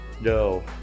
No